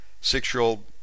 Six-year-old